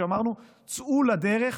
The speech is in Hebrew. כשאמרנו: צאו לדרך.